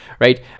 right